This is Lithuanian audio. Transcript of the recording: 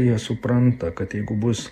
jie supranta kad jeigu bus